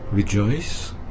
Rejoice